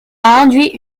induit